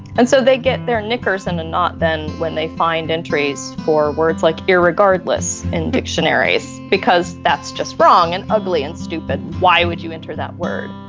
and so they get their knickers in a knot, then, when they find entries for words like irregardless in dictionaries because that's just wrong and ugly and stupid, why would you enter that word?